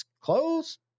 close